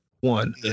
One